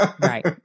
Right